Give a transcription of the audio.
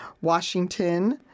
Washington